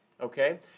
Okay